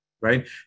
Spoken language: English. Right